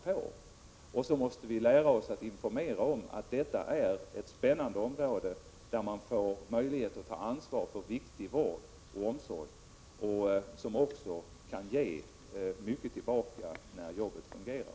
Dessutom måste vi lära oss att 27 april 1987 informera om att detta är ett spännande område, där man får möjlighet att ta ansvar för viktig vård och omsorg, som också kan ge mycket tillbaka, när jobbet fungerar.